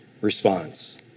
response